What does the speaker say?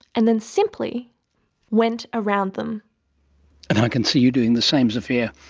and then simply went around them. and i can see you doing the same zofia.